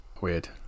Weird